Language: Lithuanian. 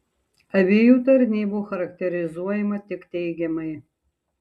abiejų tarnybų charakterizuojama tik teigiamai